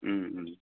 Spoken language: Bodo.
उम उम